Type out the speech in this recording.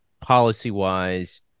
policy-wise